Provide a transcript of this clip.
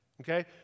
Okay